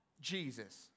Jesus